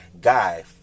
Guy